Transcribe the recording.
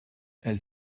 elle